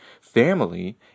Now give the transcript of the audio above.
family